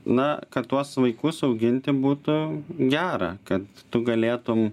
na kad tuos vaikus auginti būtų gera kad tu galėtum